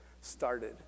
started